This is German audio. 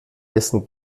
essen